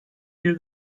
bir